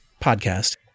podcast